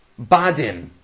badim